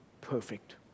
perfect